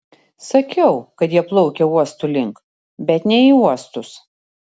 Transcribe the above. sakiau kad jie plaukia uostų link bet ne į uostus